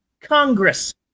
congress